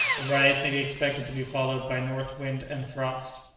rise may be expected to be followed by north wind and frost.